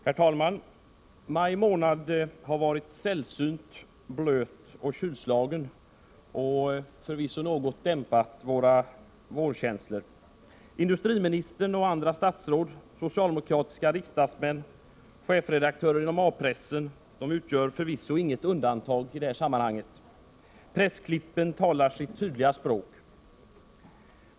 Herr talman! Maj månad har varit sällsynt blöt och kylslagen och något dämpat våra vårkänslor. chefredaktörer inom A-pressen utgör förvisso inget undantag i det sammanhanget. Pressklippen talar sitt tydliga språk.